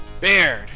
Beard